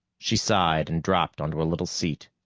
she sighed and dropped onto a little seat.